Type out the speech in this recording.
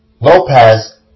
Lopez